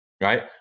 right